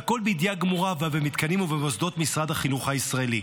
והכול בידיעה גמורה ובמתקנים ובמוסדות משרד החינוך הישראלי.